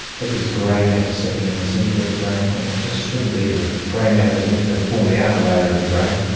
that there is grey matter sitting in the centre of the brain and it just shouldn't be there. grey matter is meant to form the outer layer of your brain,